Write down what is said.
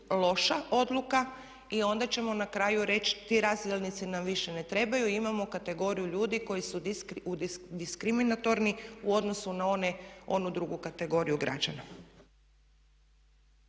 loša odluka i onda ćemo na kraju reći ti razdjelnici nam više ne trebaju. Imamo kategoriju ljudi koji su diskriminatorni u odnosu na onu drugu kategoriju građana.